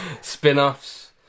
Spin-offs